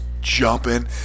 jumping